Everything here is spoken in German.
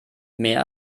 mehr